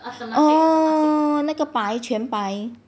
oh 那个白全白